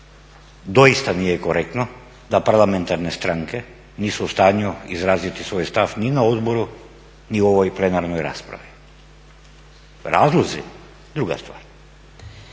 Doista nije korektno da parlamentarne stranke nisu u stanju izraziti svoj stav ni na odboru ni na ovoj plenarnoj raspravi. Razlozi, druga stvar.